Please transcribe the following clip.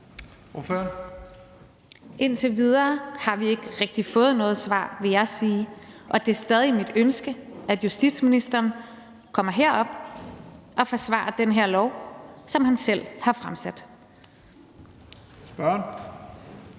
Indtil videre har vi ikke rigtig fået noget svar, vil jeg sige, og det er stadig mit ønske, at justitsministeren kommer herop og forsvarer den her lov, som han selv har fremsat.